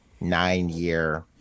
nine-year